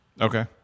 Okay